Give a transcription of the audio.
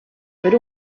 per